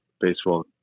baseball